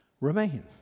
remain